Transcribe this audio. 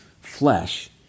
flesh